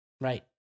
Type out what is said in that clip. Right